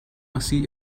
así